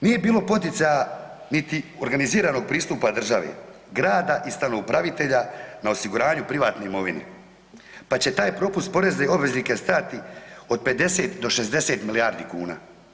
Nije bilo poticaja niti organiziranog pristupa državi, grada i stanoupravitleja na osiguranje privatne imovine pa će taj propust porezne obveznike stajati od 50 do 60 milijardi kuna.